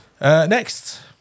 Next